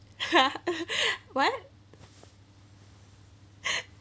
why